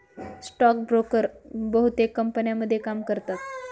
stock broker बहुतेक कंपन्यांमध्ये काम करतात